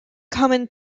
common